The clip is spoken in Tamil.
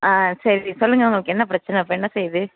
ஆ சரி சொல்லுங்கள் உங்களுக்கு என்ன பிரச்சனை இப்போ என்ன செய்யுது